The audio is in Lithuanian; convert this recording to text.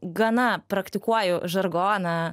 gana praktikuoju žargoną